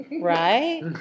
Right